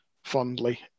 fondly